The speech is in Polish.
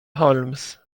holmes